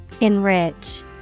enrich